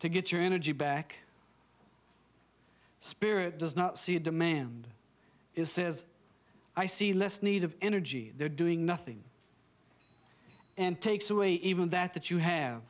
to get your energy back spirit does not see a demand is says i see less need of energy they're doing nothing and takes away even that that you have